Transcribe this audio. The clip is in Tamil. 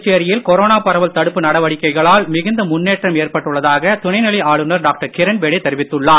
புதுச்சேரி கொரோன பரவல் தடுப்பு நடவடிக்கைகளால் மிகுந்த முன்னேற்றம் ஏற்பட்டுள்ளதாக துணைநிலை ஆளுநர் டாக்டர் கிரண்பேடி தெரிவித்துள்ளார்